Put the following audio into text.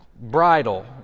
bridle